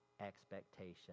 expectation